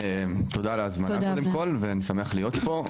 תודה על ההזמנה קודם כל, ואני שמח להיות פה.